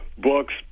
Books